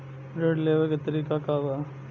ऋण लेवे के तरीका का बा?